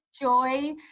joy